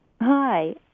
Hi